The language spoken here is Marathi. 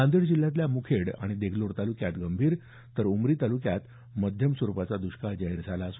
नांदेड जिल्ह्यातल्या मुखेड आणि देगलूर तालुक्यात गंभीर तर उमरी तालुक्यात मध्यम दुष्काळ जाहीर झाला आहे